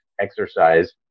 exercise